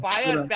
Fire